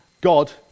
God